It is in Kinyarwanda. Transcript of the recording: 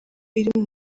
iri